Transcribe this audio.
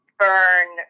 burn